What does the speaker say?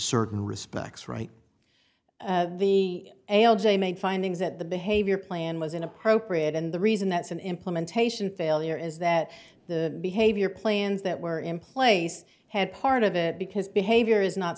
certain respects right the a l j made findings that the behavior plan was inappropriate and the reason that's an implementation failure is that the behavior plans that were in place had part of it because behavior is not